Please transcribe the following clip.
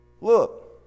Look